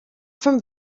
from